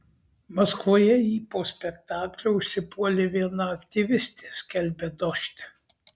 maskvoje jį po spektaklio užsipuolė viena aktyvistė skelbia dožd